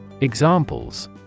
Examples